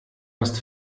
hast